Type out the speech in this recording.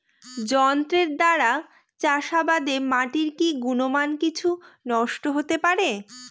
যন্ত্রের দ্বারা চাষাবাদে মাটির কি গুণমান কিছু নষ্ট হতে পারে?